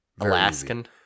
Alaskan